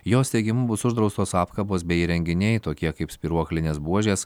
jos teigimu bus uždraustos apkabos bei įrenginiai tokie kaip spyruoklinės buožės